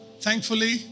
thankfully